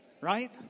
Right